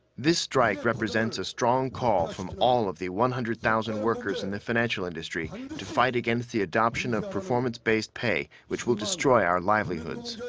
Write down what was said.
this strike represents a strong call from all of the one hundred thousand workers in the financial industry to fight against the adoption of performance-based pay, which will destroy our livelihoods.